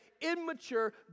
immature